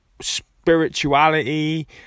spirituality